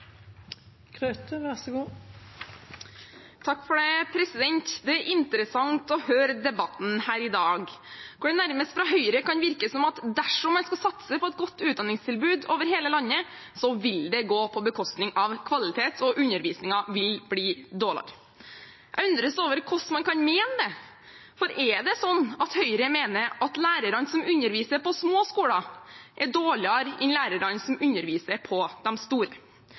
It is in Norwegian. Det er interessant å høre debatten her i dag. Det kan nærmest virke som om Høyre mener at dersom man skal satse på et godt utdanningstilbud over hele landet, vil det gå på bekostning av kvalitet, og undervisningen vil bli dårligere. Jeg undrer meg over hvordan man kan mene det. Er det sånn at Høyre mener at lærerne som underviser på små skoler, er dårligere enn lærerne som underviser på de store?